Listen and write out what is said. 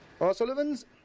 O'Sullivan's